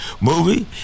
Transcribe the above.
movie